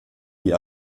die